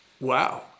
wow